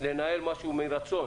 לנהל משהו מרצון